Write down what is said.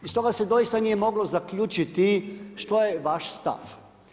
Iz toga se dosita nije moglo zaključiti što je vaš stav.